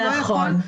נכון.